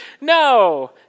No